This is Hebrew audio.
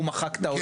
הוא מחק את ההודעה.